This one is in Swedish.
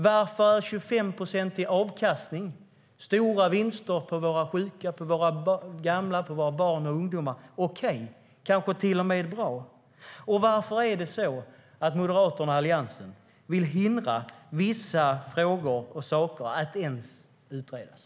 Varför är 25-procentig avkastning - stora vinster på våra sjuka, gamla, barn och ungdomar - okej och kanske till och med bra? Varför är det så att Moderaterna och Alliansen vill hindra vissa frågor att ens utredas?